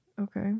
Okay